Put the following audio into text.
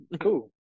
Cool